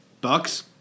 Bucks